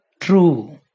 True